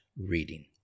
reading